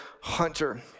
hunter